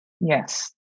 Yes